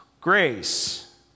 Grace